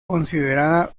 considerada